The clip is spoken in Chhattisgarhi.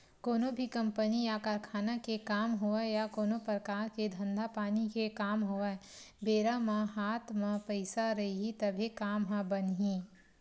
कोनो भी कंपनी या कारखाना के काम होवय या कोनो परकार के धंधा पानी के काम होवय बेरा म हात म पइसा रइही तभे काम ह बनही